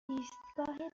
ایستگاه